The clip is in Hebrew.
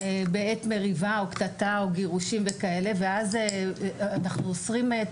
בעת מריבה או קטטה או גירושין ואז אנחנו אוסרים על